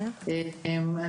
אני